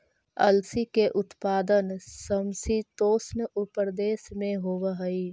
अलसी के उत्पादन समशीतोष्ण प्रदेश में होवऽ हई